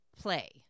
play